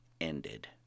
ended